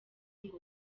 ngo